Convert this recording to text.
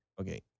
okay